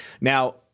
Now